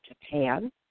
Japan